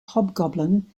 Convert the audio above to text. hobgoblin